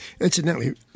incidentally